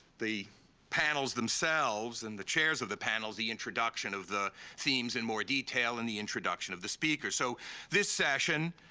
the panels themselves and the chairs of the panels the introduction of the themes in more detail and the introduction of the speaker. so this session,